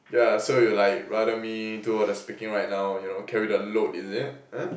yeah so you like rather me do all the speaking right now you know carry the load is it uh